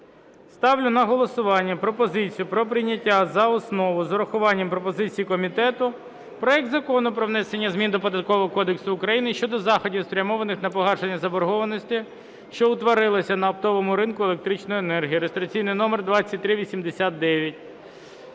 Ставлю на голосування пропозицію про прийняття за основу з урахуванням пропозицій комітету проект Закону про внесення змін до Податкового кодексу України щодо заходів, спрямованих на погашення заборгованості, що утворилася на оптовому ринку електричної енергії (реєстраційний номер 2389).